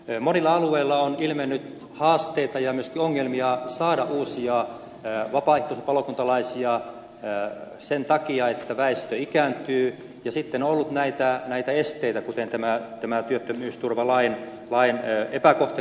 monilla alueilla on ilmennyt haasteita ja myöskin ongelmia saada uusia vapaaehtoisia palokuntalaisia sen takia että väestö ikääntyy ja sitten on ollut näitä esteitä kuten tämä työttömyysturvalain epäkohta joka nyt ollaan korjaamassa